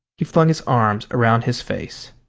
he flung his arms around his face.